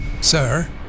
Sir